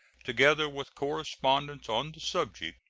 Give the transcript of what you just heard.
together with correspondence on the subject,